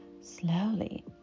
slowly